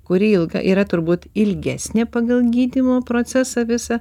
kuri ilga yra turbūt ilgesnė pagal gydymo procesą visą